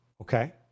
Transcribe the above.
Okay